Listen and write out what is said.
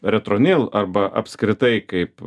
retronill arba apskritai kaip